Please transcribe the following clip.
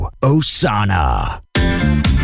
Osana